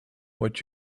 what